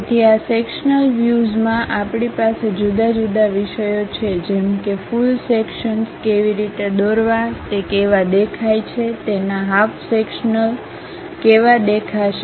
તેથી આ સેક્શન્લ વ્યુઝમાં આપણી પાસે જુદા જુદા વિષયો છે જેમ કે ફુલ સેક્શન્સ કેવી રીતે દોરવા તે કેવા દેખાય છે તેના હાફ સેક્શન્લ કેવા દેખાશે